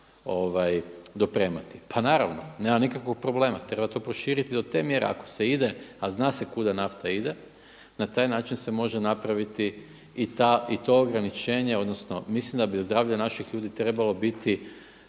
Pa naravno, nema nikakvog problema, treba to proširiti do te mjere ako se ide, a zna se kuda nafta ide, na taj način se može napraviti i ta i to ograničenje odnosno mislim da bi zdravlje naših ljudi trebalo biti